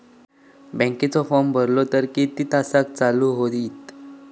बँकेचो फार्म भरलो तर किती तासाक चालू होईत?